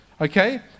okay